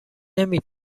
نمی